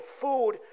food